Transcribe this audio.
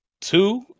two